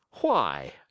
Why